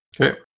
Okay